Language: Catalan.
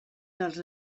dels